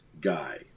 guy